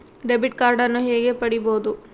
Debit ಕಾರ್ಡನ್ನು ಹೇಗೆ ಪಡಿಬೋದು?